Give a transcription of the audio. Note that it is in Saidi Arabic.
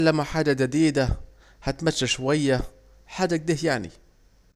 اتعملو حاجة جديدة اتمشى شوية، حاجة اكده يعني